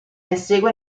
insegue